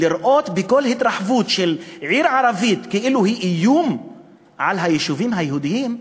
לראות בכל התרחבות של עיר ערבית כאילו היא איום על היישובים היהודיים,